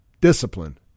Discipline